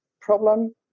problem